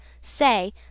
Say